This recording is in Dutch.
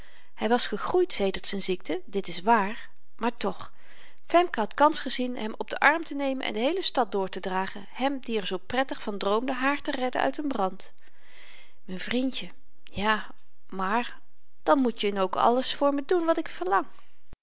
hy was gegroeid sedert z'n ziekte dit is waar maar toch femke had kans gezien hem op den arm te nemen en de heele stad doortedragen hem die r zoo prettig van droomde hààr te redden uit n brand m'n vrindje ja maar dan moet je n ook alles voor me doen wat ik verlang